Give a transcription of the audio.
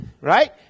Right